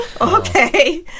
Okay